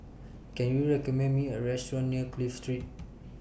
Can YOU recommend Me A Restaurant near Clive Street